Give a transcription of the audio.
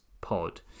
pod